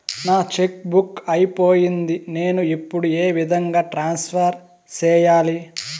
నా cheque book అయిపోయింది నేను ఇప్పుడు ఏ విధంగా ట్రాన్స్ఫర్ సేయాలి?